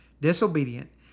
Disobedient